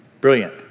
Brilliant